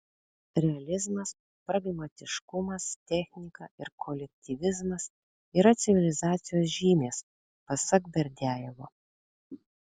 realizmas pragmatiškumas technika ir kolektyvizmas yra civilizacijos žymės pasak berdiajevo